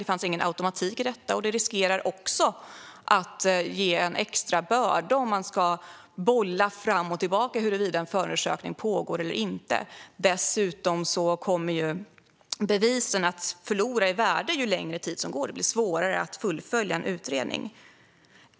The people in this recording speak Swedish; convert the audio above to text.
Det finns ingen automatik i detta, och att bolla fram och tillbaka huruvida förundersökning pågår eller inte riskerar också att innebära en extra börda. Dessutom kommer bevisen att förlora i värde ju längre tid som går, och det blir svårare att fullfölja en utredning.